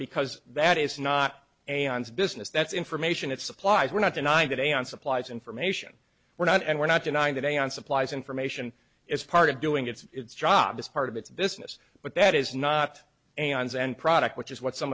because that is not a ons business that's information it's supplies we're not denying today on supplies information we're not and we're not denying today on supplies information is part of doing its job as part of its business but that is not a ons end product which is what some